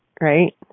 right